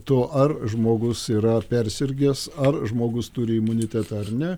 to ar žmogus yra persirgęs ar žmogus turi imunitetą ar ne